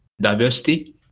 diversity